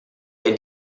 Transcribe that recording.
they